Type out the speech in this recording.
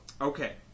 Okay